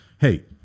Hey